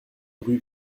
rue